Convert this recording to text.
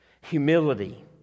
humility